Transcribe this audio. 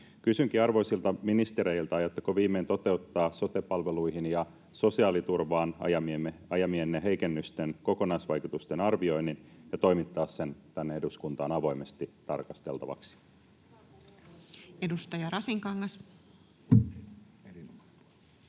Kysynkin arvoisilta ministereiltä: aiotteko viimein toteuttaa sote-palveluihin ja sosiaaliturvaan ajamienne heikennysten kokonaisvaikutusten arvioinnin ja toimittaa sen tänne eduskuntaan avoimesti tarkasteltavaksi? Edustaja Rasinkangas.